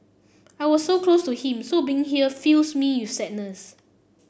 I was so close to him so being here fills me with sadness